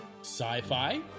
sci-fi